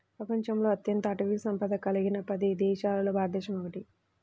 ప్రపంచంలో అత్యంత అటవీ సంపద కలిగిన పది దేశాలలో భారతదేశం ఒకటి